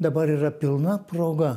dabar yra pilna proga